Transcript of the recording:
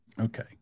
Okay